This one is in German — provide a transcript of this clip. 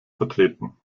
vertreten